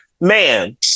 man